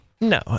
No